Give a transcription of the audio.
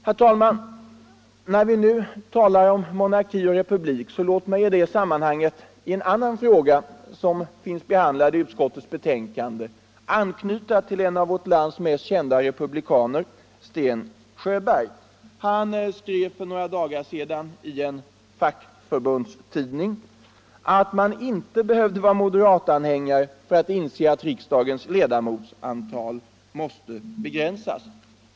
Herr talman! När vi nu talar om monarki och republik, låt mig i det sammanhanget i en annan fråga som behandlas i utskottets betänkande anknyta till en av vårt lands mest kända republikaner, nämligen Sten Sjöberg. Han skrev för några dagar sedan i en fackförbundstidning att man inte behövde vara moderatanhängare för att inse att riksdagens ledamotsantal måste begränsas.